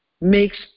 makes